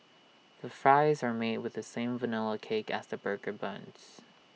the fries are made with the same Vanilla cake as the burger buns